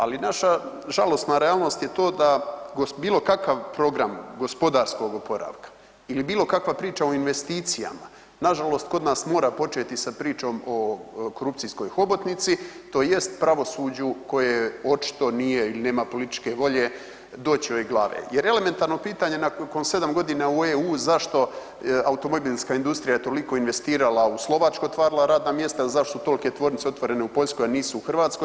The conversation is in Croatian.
Ali naša žalosna realnost je to da bilo kakav program gospodarskog oporavka ili bilo kakva priča o investicijama na žalost kod nas mora početi sa pričom o korupcijskoj hobotnici, tj. pravosuđu koje očito nije ili nema političke volje doći … Jer elementarno pitanje nakon 7 godina u EU zašto automobilska industrija je toliko investirala u Slovačkoj otvarala radna mjesta, zašto su tolike tvornice otvorene u Poljskoj, a nisu u Hrvatskoj.